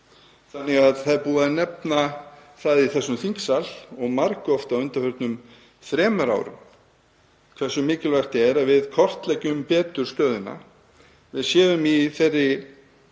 Það er því búið að nefna það í þessum þingsal, og margoft á undanförnum þremur árum, hve mikilvægt er að við kortleggjum betur stöðuna. Við séum í þeirri